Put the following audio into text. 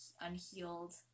unhealed